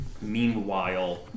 Meanwhile